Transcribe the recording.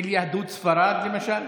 של יהדות ספרד, למשל.